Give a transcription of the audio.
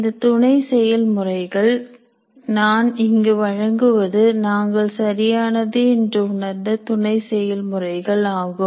இந்த துணை செயல்முறைகள் நான் இங்கு வழங்குவது நாங்கள் சரியானது என்று உணர்ந்த துணை செயல்முறைகள் ஆகும்